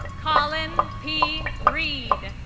colin p reed.